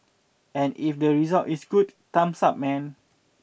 and if the result is good thumbs up man